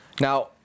Now